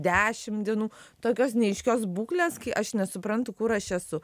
dešimt dienų tokios neaiškios būklės kai aš nesuprantu kur aš esu